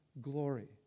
glory